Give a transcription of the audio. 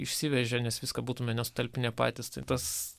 išsivežė nes viską būtume sutalpinę patys tai tas